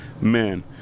men